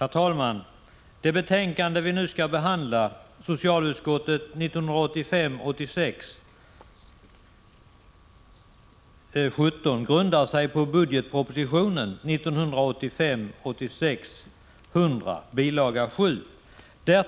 Herr talman! Det betänkande som vi nu skall behandla — socialutskottets betänkande 1985 86:100, bil. 7. I betänkandet